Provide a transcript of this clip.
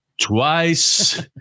twice